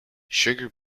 sugar